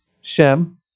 Shem